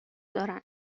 دارن